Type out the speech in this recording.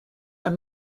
are